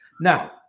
Now